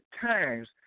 times